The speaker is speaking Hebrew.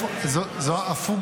מונולוג?